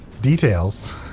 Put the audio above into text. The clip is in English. details